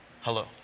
Hello